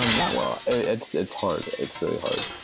um not well. it's it's hard. it's really hard.